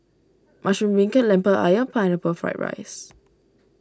Mushroom Beancurd Lemper Ayam and Pineapple Fried Rice